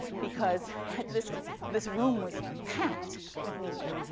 because this this room was packed with media.